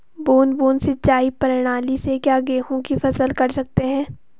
बूंद बूंद सिंचाई प्रणाली से क्या गेहूँ की फसल कर सकते हैं?